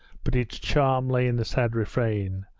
but its charm lay in the sad refrain.